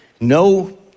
no